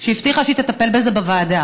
והיא הבטיחה שהיא תטפל בזה בוועדה,